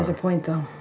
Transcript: ah point, though.